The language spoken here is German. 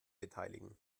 beteiligen